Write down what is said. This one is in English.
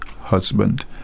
husband